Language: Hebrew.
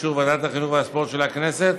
באישור ועדת החינוך התרבות והספורט של הכנסת,